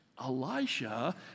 Elisha